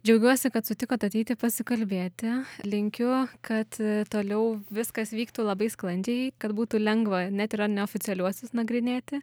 džiaugiuosi kad sutikot ateiti pasikalbėti linkiu kad toliau viskas vyktų labai sklandžiai kad būtų lengva net ir neoficialiuosius nagrinėti